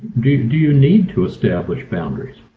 do you do you need to establish boundaries?